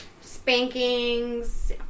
Spankings